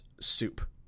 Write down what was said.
soup